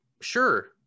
sure